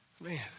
man